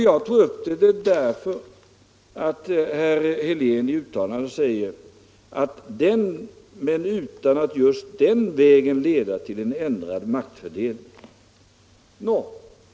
Jag tog upp detta därför att herr Helén i sitt uttalande säger ”men utan att just den vägen leda till en ändrad maktfördelning”.